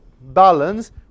balance